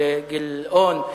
אל גילאון.